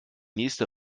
nächste